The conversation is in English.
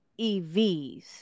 EVs